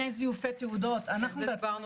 בעניין זיופי תעודות, אנחנו רואים